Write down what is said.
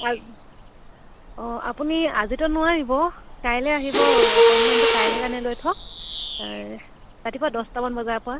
অঁ আপুনি আজিতো নোৱাৰিব কাইলে আহিব এপইণ্টমেণ্টটো কাইলে কাৰণে লৈ থম ৰাতিপুৱা দহটামান বজাৰ পৰা